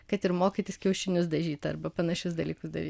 kad ir mokytis kiaušinius dažyt arba panašius dalykus daryt